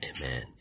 Amen